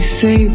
say